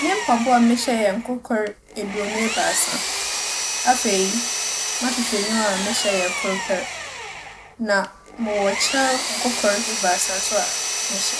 Me mpaboa a mehyɛ yɛ nkorkor eduonu ebiasa. Afei, m'ahwehwɛenyiwa a mehyɛ yɛ kor pɛr. Na mowͻ kyɛw nkorkor ebiasa so mehyɛ.